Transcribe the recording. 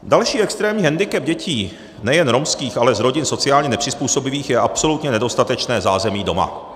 Další extrémní hendikep dětí nejen romských, ale z rodin sociálně nepřizpůsobivých je absolutně nedostatečné zázemí doma.